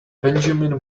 benjamin